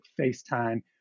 FaceTime